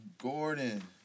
Gordon